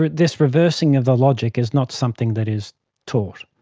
this reversing of the logic is not something that is taught.